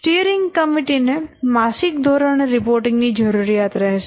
steering committee ને માસિક ધોરણે રિપોર્ટિંગ ની જરૂરિયાત રહેશે